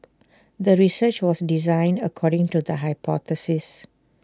the research was designed according to the hypothesis